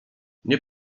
nie